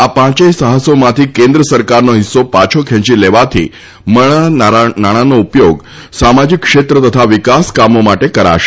આ પાંચેય સાહસોમાંથી કેન્દ્ર સરકારનો હિસ્સો પાછો ખેંચી લેવાથી મળનારા નાણાંનો ઉપયોગ સામાજિક ક્ષેત્ર તથા વિકાસ કાર્યક્રમો માટે કરાશે